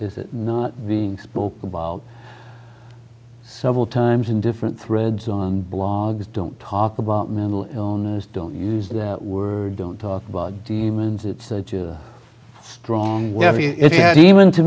is it not being spoken about several times in different threads on blogs don't talk about mental illness don't use that word don't talk about demons it's such a strong word even to